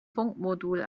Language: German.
funkmodul